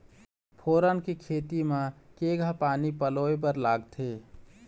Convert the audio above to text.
फोरन के खेती म केघा पानी पलोए बर लागथे?